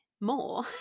more